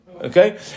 Okay